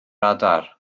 adar